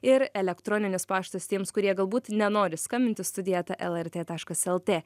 ir elektroninis paštas tiems kurie galbūt nenori skambinti studija eta lrt taškas lt